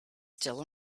still